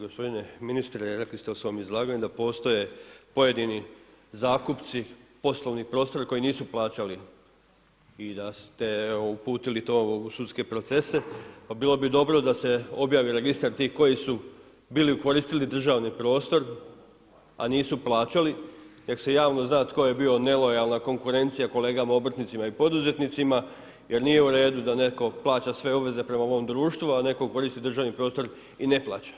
Gospodine ministre, rekli ste u svom izlaganju da postoje pojedini zakupci poslovnih prostora koji nisu plaćali i da ste uputili to u sudske procese pa bilo bi dobro da se objavi registar tih koji su bili okoristili državni prostor isu plaćali, nek' se javno zna tko je nelojalna konkurencija kolegama obrtnicima i poduzetnicima jer nije u redu da netko plaća sve obveze prema ovom društvu a netko koristi državni prostor i ne plaća.